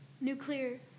Nuclear